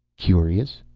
curious?